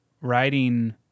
writing